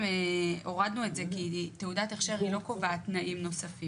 בעמוד אחר כך מוסיפים גם את התנאים האלה.